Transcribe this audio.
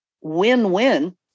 win-win